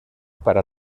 para